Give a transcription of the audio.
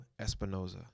Espinoza